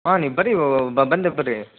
ಹಾಂ ನೀವು ಬರ್ರೀ ಓ ಬಂದು ಬರ್ರಿ